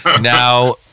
Now